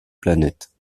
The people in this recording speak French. planète